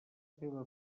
seva